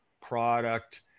product